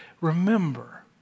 Remember